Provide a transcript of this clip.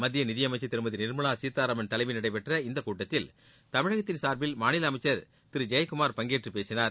மத்திய நிதியமைச்சர் திருமதி நிர்மலா சீதாராமன் தலைமையில் நடைபெற்ற இக்கூட்டத்தில் தமிழகத்தின் சார்பில் மாநில அமைச்சர் திரு ஜெயக்குமார் பங்கேற்று பேசினார்